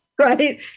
right